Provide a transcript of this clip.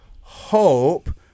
hope